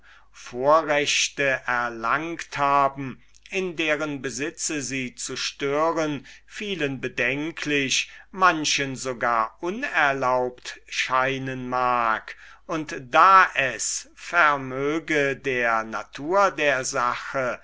vorrechte erlangt haben in deren besitze sie zu stören vielen bedenklich und manchen wohl gar unerlaubt scheinen mag und da es vermöge der natur der sache